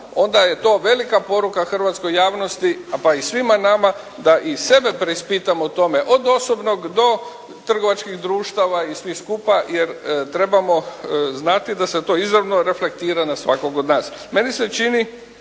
onda je to velika poruka hrvatskoj javnosti pa i svima nama da i sebe preispitamo o tome od osobnog do trgovačkih društava i svih skupa jer trebamo znati da se to izravno reflektira na svakoga od nas.